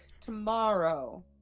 tomorrow